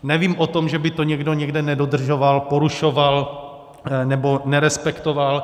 Nevím o tom, že by to někdo někde nedodržoval, porušoval, nebo nerespektoval.